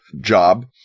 job